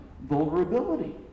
vulnerability